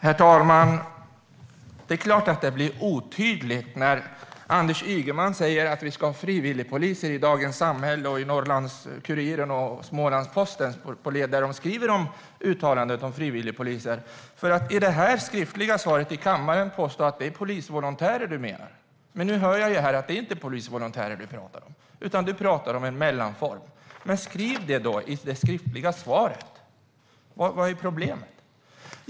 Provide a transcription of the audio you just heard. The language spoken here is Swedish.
Herr talman! Det är klart att det blir otydligt när Anders Ygeman i Dagens Samhälle, Norrlands-Kuriren och Smålandsposten säger att vi ska ha frivilligpoliser. De skriver om uttalandet om frivilligpoliser. I det skriftliga svaret på interpellationen påstår han nämligen att det är polisvolontärer han menar. Men nu hör jag ju här att det inte är polisvolontärer han talar om, utan han talar om en mellanform. Skriv då det i det skriftliga svaret! Vad är problemet?